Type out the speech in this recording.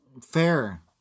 Fair